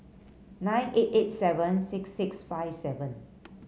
nine eight eight seven six six five seven